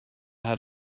had